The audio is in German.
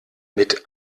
mit